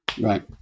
right